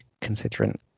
considering